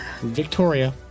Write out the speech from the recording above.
Victoria